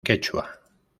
quechua